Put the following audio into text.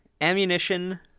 ammunition